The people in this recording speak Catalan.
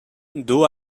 duu